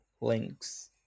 links